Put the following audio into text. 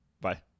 Bye